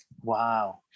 Wow